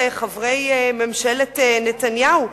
חברי ממשלת נתניהו,